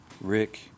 Rick